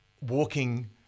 Walking